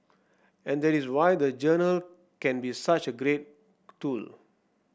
and that is why the journal can be such a great tool